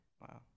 Wow